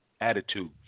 attitude